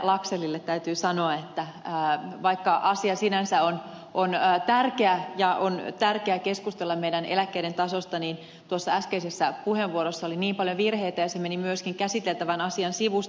laxellille täytyy sanoa että vaikka asia sinänsä on tärkeä ja on tärkeää keskustella meidän eläkkeittemme tasosta niin tuossa äskeisessä puheenvuorossa oli niin paljon virheitä ja se meni myöskin käsiteltävän asian sivusta